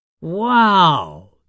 Wow